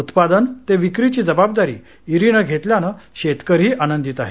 उत्पादन ते विक्रीची जबाबदारी इरीनं घेतल्यानं शेतकरीही आनंदीत आहे